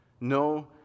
No